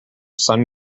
sun